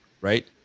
right